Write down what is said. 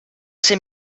ser